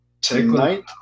Tonight